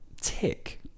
tick